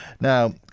Now